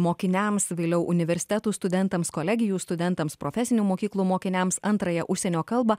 mokiniams vėliau universitetų studentams kolegijų studentams profesinių mokyklų mokiniams antrąją užsienio kalbą